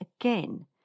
again